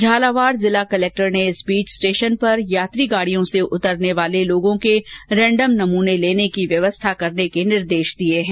झालावाड़ जिला कलेक्टर ने इस बीच स्टेशन पर यात्री गाड़ियों से उतरने वाले लोगों के रैण्डम नमूने लेने की व्यवस्था करने के निर्देश दिए है